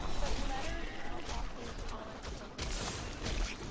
but letters are often calling for something more specific.